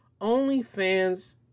OnlyFans